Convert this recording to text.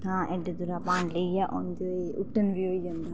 ते इत्थां एड्डी दूरां पानी लेइयै आंदे उट्टन बी होई जंदा